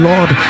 Lord